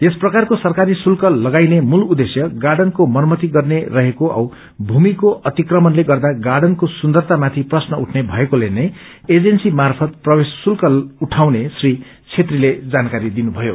यसप्रकारको सरक्परी शुल्क लगाइने मूल उद्देश्य गाईनको मरमती गर्न रहेको औ भूमिको अतिक्रमणले गर्दा गाईनको सुन्दरतामाथि प्रश्न उठ्ने भएकोले नै एजेन्सी मार्फत प्रवेश शुल्क उठाउने श्री छेत्रीले जानकारी दिनुभयो